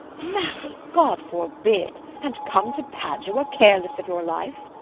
marry, god forbid, and come to padua, careless of your life!